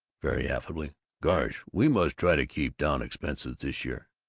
very affably gosh, we must try to keep down expenses this year.